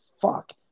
fuck